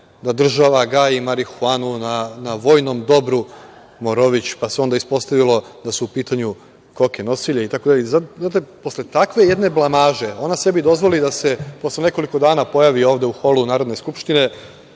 da država gaji marihuanu na vojnom dobru Morović, pa se onda ispostavilo da su u pitanju koke nosilje, itd? Zatim, posle takve jedne blamaže ona sebi dozvoli da se posle nekoliko dana pojavi ovde u holu Narodne skupštine